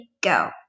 go